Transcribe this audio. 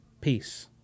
peace